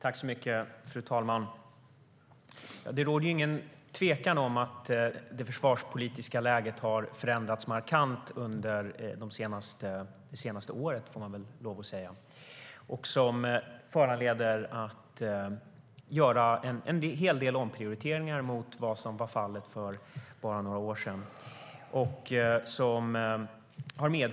Fru talman! Det råder ingen tvekan om att det försvarspolitiska läget har förändrats markant under det senaste året. Det föranleder att vi gör en del omprioriteringar i förhållande till vad som var fallet för bara några år sedan.